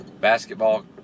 Basketball